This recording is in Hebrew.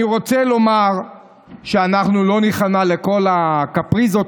אני רוצה לומר שאנחנו לא ניכנע לכל הקפריזות